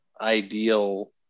ideal